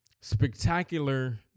spectacular